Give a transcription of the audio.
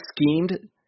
schemed